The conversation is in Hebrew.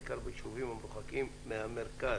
בעיקר ביישובים המרוחקים מהמרכז.